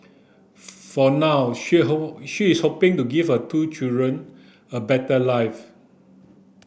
for now she she is hoping to give her two children a better life